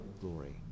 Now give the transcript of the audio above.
glory